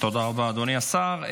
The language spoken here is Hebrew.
תודה רבה, אדוני השר.